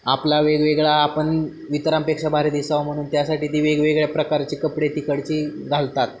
आपला वेगवेगळा आपण इतरांपेक्षा भारी दिसावं म्हणुन त्यासाठी ती वेगवेगळ्या प्रकारचे कपडे तिकडची घालतात